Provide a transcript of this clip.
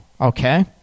okay